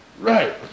Right